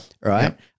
right